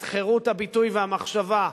את חירות הביטוי והמחשבה,